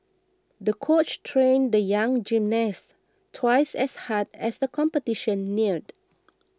the coach trained the young gymnast twice as hard as the competition neared